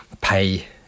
pay